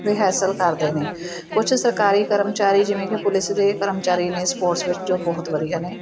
rehearsal ਕਰਦੇ ਨੇ ਕੁਛ ਸਰਕਾਰੀ ਕਰਮਚਾਰੀ ਜਿਵੇਂ ਕਿ ਪੁਲਿਸ ਦੇ ਕਰਮਚਾਰੀ ਨੇ ਸਪੋਰਟਸ ਵਿੱਚ ਜੋ ਬਹੁਤ ਵਧੀਆ ਨੇ